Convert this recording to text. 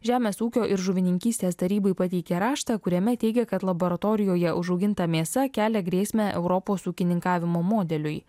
žemės ūkio ir žuvininkystės tarybai pateikė raštą kuriame teigė kad laboratorijoje užauginta mėsa kelia grėsmę europos ūkininkavimo modeliui